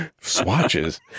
Swatches